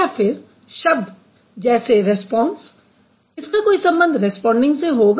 या फिर शब्द जैसे रैस्पॉन्स का कोई संबंध रैस्पॉन्डिंग से होगा